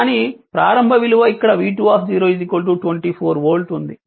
కానీ ప్రారంభ విలువ ఇక్కడ v2 24 వోల్ట్ ఉంది